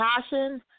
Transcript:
passion